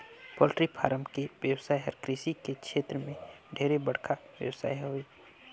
poultry farm के बेवसाय हर कृषि के छेत्र में ढेरे बड़खा बेवसाय हवे